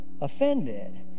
offended